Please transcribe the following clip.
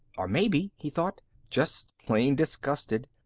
or maybe, he thought, just plain disgusted.